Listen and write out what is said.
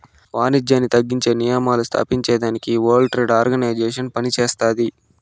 వానిజ్యాన్ని తగ్గించే నియమాలు స్తాపించేదానికి ఈ వరల్డ్ ట్రేడ్ ఆర్గనైజేషన్ పనిచేస్తాది